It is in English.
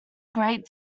great